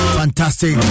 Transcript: fantastic